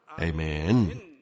Amen